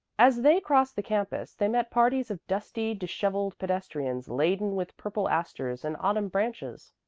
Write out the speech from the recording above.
as they crossed the campus, they met parties of dusty, disheveled pedestrians, laden with purple asters and autumn branches.